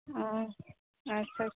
ᱚᱸᱻ ᱟᱪᱷᱟ ᱟᱪᱷᱟ